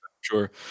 sure